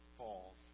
falls